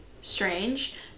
strange